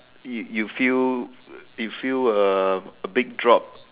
you you feel you feel a a big drop